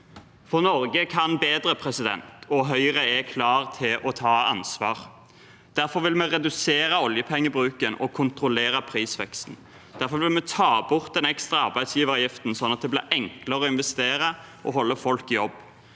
kurs. Norge kan bedre, og Høyre er klart til å ta ansvar. Derfor vil vi redusere oljepengebruken og kontrollere prisveksten. Derfor vil vi ta bort den ekstra arbeidsgiveravgiften, sånn at det blir enklere å investere og holde folk i jobb.